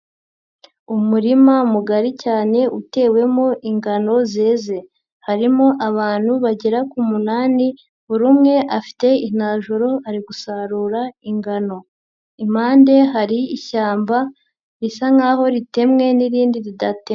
Umurima mugari cyane utewemo ingano zeze, harimo abantu bagera ku munani buri umwe afite inanjoro ari gusarura ingano, impande hari ishyamba risa nk'aho ritemwe n'irindi ridatemwe.